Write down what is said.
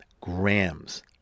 grams